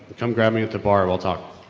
come grab me at the bar, we'll talk.